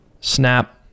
snap